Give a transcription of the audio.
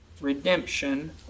redemption